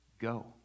go